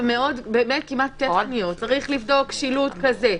וכמעט טכניות צריך לבדוק שילוט כזה,